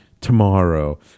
tomorrow